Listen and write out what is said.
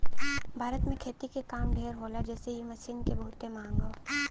भारत में खेती के काम ढेर होला जेसे इ मशीन के बहुते मांग हौ